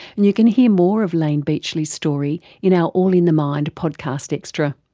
and you can hear more of layne beachley's story in our all in the mind podcast extra.